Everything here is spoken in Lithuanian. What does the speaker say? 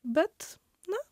bet na